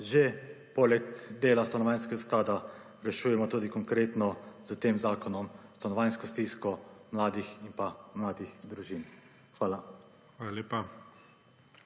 že, poleg dela Stanovanjskega sklada, rešujemo tudi konkretno s tem zakonom stanovanjsko stisko mladih in pa mladih družin. Hvala. PREDSEDNIK